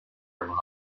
mommy